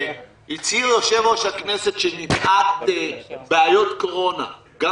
הצהיר יושב-ראש הכנסת שמפאת בעיות קורונה גם